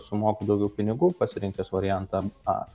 sumoku daugiau pinigų pasirinkęs variantą a